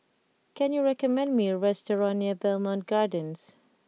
can you recommend me a restaurant near Bowmont Gardens